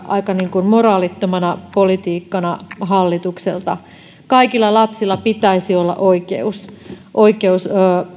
aika moraalittomana politiikkana hallitukselta kaikilla lapsilla pitäisi olla oikeus oikeus